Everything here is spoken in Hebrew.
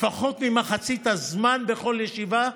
לפחות במחצית הזמן בכל ישיבה,